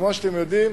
כמו שאתם יודעים,